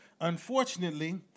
unfortunately